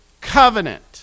covenant